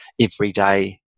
everyday